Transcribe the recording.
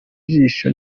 ijisho